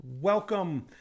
Welcome